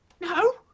No